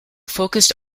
focused